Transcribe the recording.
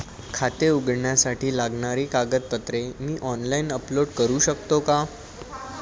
खाते उघडण्यासाठी लागणारी कागदपत्रे मी ऑनलाइन अपलोड करू शकतो का?